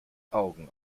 augen